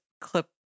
clip